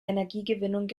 energiegewinnung